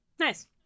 Nice